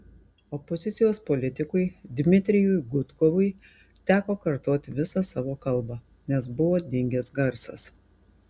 opozicijos politikui dmitrijui gudkovui teko kartoti visą savo kalbą nes buvo dingęs garsas